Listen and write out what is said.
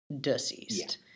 Deceased